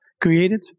created